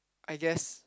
I guess